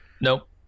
nope